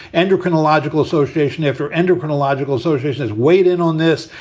andrew, chronological association, if you're enter chronological association, is weighed in on this.